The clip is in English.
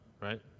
right